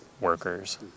workers